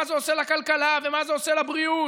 זה עושה לכלכלה ומה זה עושה לבריאות,